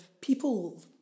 people